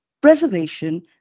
preservation